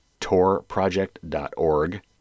torproject.org